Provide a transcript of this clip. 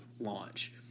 launch